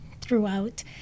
throughout